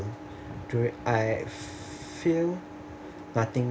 dur~ I feel nothing